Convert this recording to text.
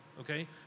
okay